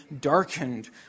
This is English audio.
darkened